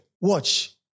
Watch